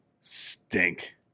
stink